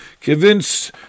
convince